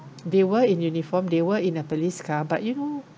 they were in uniform they were in a police car but you know